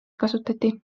kasutati